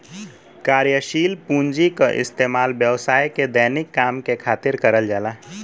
कार्यशील पूँजी क इस्तेमाल व्यवसाय के दैनिक काम के खातिर करल जाला